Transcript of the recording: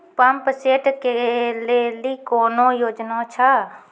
Pump set केलेली कोनो योजना छ?